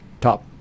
top